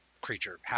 creature